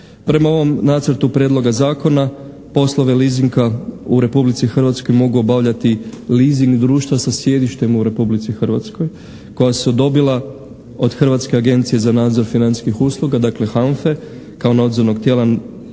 Prema ovom nacrtu prijedloga zakona poslove leasinga u Republici Hrvatskoj mogu obavljati leasing društva sa sjedištem u Republici Hrvatskoj koja su dobila od Hrvatske agencije za nadzor financijskih usluga, dakle HANFI-e kao nadzornog tijela